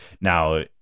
Now